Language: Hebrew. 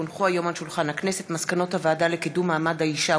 כי הונחו היום על שולחן הכנסת מסקנות הוועדה לקידום מעמד האישה